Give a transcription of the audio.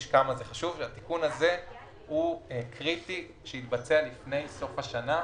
שזה קריטי לעשות את התיקון הזה לפני סוף השנה.